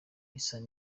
irasa